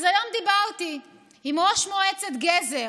היום דיברתי עם ראש מועצת גזר,